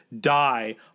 die